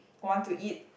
want to eat